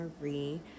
marie